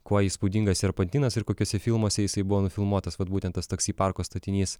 kuo įspūdingas serpantinas ir kokiuose filmuose jisai buvo nufilmuotas vat būtent tas taksi parko statinys